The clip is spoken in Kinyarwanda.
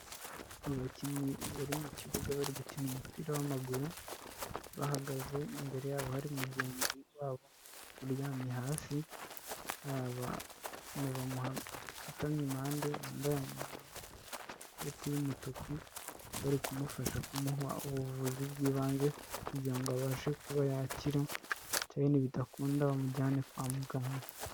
Mu bakinnyi bari mu kibuga bari gukina umupira w'amaguru, bahagaze imbere yabo hari mugenzi wabo uryamye hasi hari abantu bamusutamye impande bambaye amakoti y'umutuku, bari kumufasha kumuha ubuvuzi bw'ibanze kugirango abashe kuba yakira ta nibidakunda bamujyane kwa muganga.